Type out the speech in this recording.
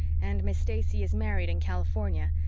and miss stacey is married in california,